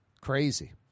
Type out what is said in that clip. Crazy